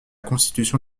constitution